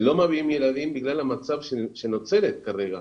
לא מביאים ילדים בגלל המצב שנוצר כרגע.